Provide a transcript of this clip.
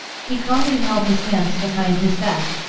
he calmly held his hands behind his back,